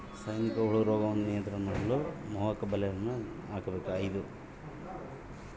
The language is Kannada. ಸೈನಿಕ ಹುಳು ರೋಗವನ್ನು ಯಾವ ರೇತಿ ನಿರ್ವಹಣೆ ಮಾಡಬೇಕ್ರಿ?